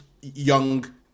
young